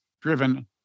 driven